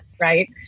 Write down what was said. right